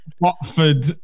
Watford